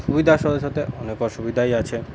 সুবিধার সাথে সাথে অনেক অসুবিধাই আছে